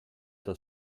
das